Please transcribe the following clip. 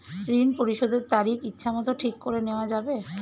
ঋণ পরিশোধের তারিখ ইচ্ছামত ঠিক করে নেওয়া যাবে?